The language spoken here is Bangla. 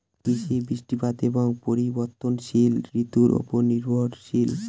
কৃষি বৃষ্টিপাত এবং পরিবর্তনশীল ঋতুর উপর নির্ভরশীল